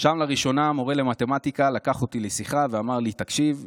שם לראשונה המורה למתמטיקה לקח אותי לשיחה ואמר לי: תקשיב,